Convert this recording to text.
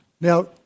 Now